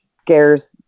scares